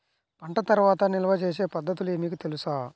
పంట తర్వాత నిల్వ చేసే పద్ధతులు మీకు తెలుసా?